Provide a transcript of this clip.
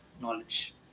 knowledge